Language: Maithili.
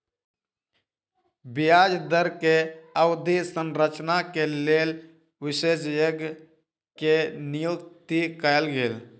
ब्याज दर के अवधि संरचना के लेल विशेषज्ञ के नियुक्ति कयल गेल